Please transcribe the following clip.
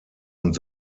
und